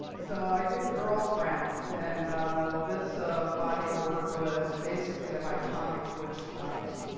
so i did girlfriends. and this body of work was, basically, of iconic butch dykes.